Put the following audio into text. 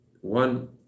One